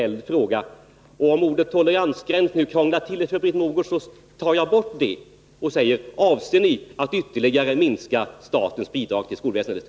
Om ordet toleransgräns krånglar till det hela för Britt Mogård tar jag bort det och ställer en rak fråga: Avser ni att ytterligare minska statens bidrag till skolväsendet?